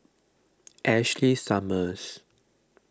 Ashley Summers